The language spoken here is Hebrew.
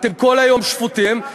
אתם כל היום שפוטים,